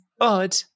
odd